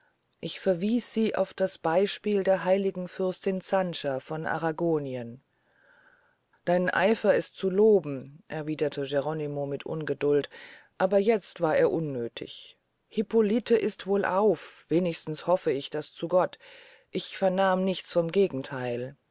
ich verwieß sie auf das beyspiel der heiligen fürstin sancia von arragonien dein eifer ist zu loben erwiederte geronimo mit ungeduld aber jetzt war er unnöthig hippolite ist wohl wenigstens hoffe ich das zu gott ich vernahm nichts vom gegentheil